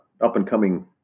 up-and-coming